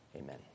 Amen